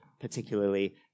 particularly